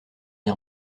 air